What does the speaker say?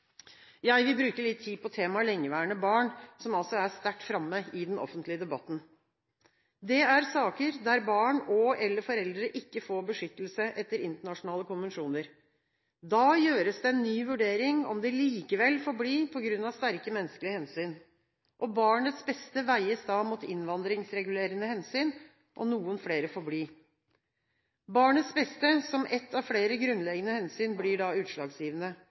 Jeg vil bruke litt tid på temaet lengeværende barn, som altså er sterkt framme i den offentlige debatten. Det er saker der barn og/eller foreldre ikke får beskyttelse etter internasjonale konvensjoner. Da gjøres en ny vurdering av om de likevel får bli på grunn av sterke menneskelige hensyn. Barnets beste veies da mot innvandringsregulerende hensyn, og noen flere får bli. Barnets beste, som ett av flere grunnleggende hensyn, blir da utslagsgivende.